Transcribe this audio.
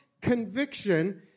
conviction